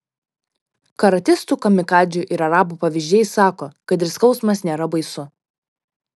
karatistų kamikadzių ir arabų pavyzdžiai sako kad ir skausmas nėra baisu